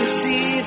see